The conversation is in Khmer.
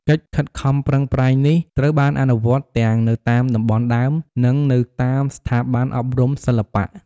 កិច្ចខិតខំប្រឹងប្រែងនេះ ត្រូវបានអនុវត្តទាំងនៅតាមតំបន់ដើម និងនៅតាមស្ថាប័នអប់រំសិល្បៈ។